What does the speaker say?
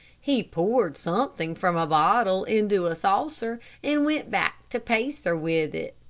he poured something from a bottle into a saucer and went back to pacer with it.